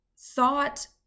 thought